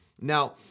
Now